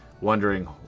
wondering